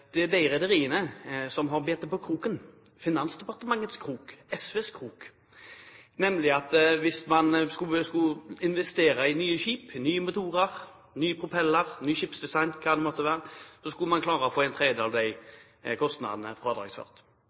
på, gjelder de rederiene som har bitt på kroken, Finansdepartementets krok, SVs krok, nemlig at hvis man investerte i nye skip, nye motorer, nye propeller, ny skipsdesign, ja hva det måtte være, skulle man få en tredel av kostnadene